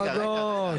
רגע, רגע.